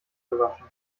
gewaschen